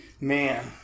Man